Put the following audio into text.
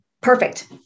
Perfect